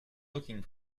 looking